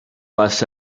less